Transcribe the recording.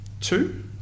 two